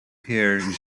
pierre